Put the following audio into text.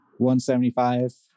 175